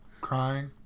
crying